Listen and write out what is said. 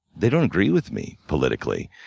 they don't agree with me politically.